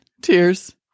tears